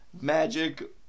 Magic